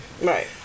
right